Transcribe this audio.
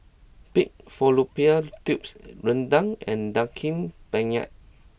Pig Fallopian Tubes Rendang and Daging Penyet